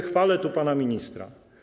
Chwalę tu pana ministra.